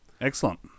Excellent